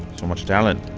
so much talent